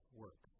work